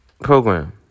program